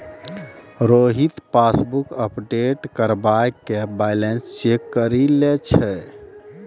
Rohit passbook update करबाय के balance check करि लै छै